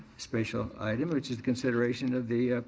special item consideration of the,